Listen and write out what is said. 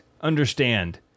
understand